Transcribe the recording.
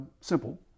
simple